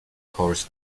horse